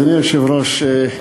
אדוני היושב-ראש,